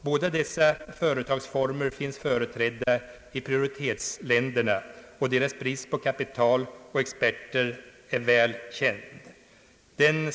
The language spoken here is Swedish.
Båda dessa företagsformer finns företrädda i prioritetsländerna, och deras brist på kapital och experter är väl känd.